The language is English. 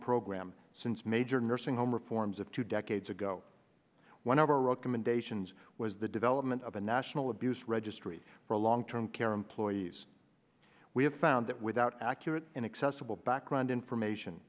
program since major nursing home reforms of two decades ago one of our role commendations was the development of a national abuse registry for long term care employees we have found that without accurate inaccessible background information